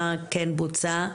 מה כן בוצע,